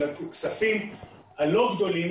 של הכספים הלא גדולים,